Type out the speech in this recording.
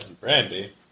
brandy